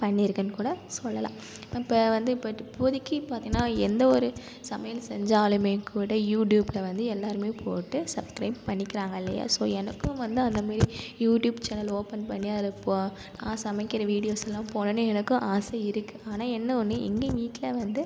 பண்ணியிருக்கேன்னு கூட சொல்லலாம் அப்போ வந்து இப்போ இப்போதைக்கி பார்த்திங்கன்னா எந்த ஒரு சமையல் செஞ்சாலுமே கூட யூடியூபில் வந்து எல்லோருமே போட்டு சப்ஸ்க்ரைப் பண்ணிக்கிறாங்க இல்லையா ஸோ எனக்கும் வந்து அந்தமாதிரி யூடியூப் சேனல் ஓப்பன் பண்ணி அதில் நான் சமைக்கிற வீடியோஸ்லாம் போடணும் எனக்கும் ஆசை இருக்கு ஆனால் என்ன ஒன்னு எங்கள் வீட்டில் வந்து